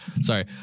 Sorry